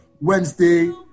Wednesday